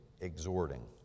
exhorting